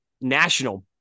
national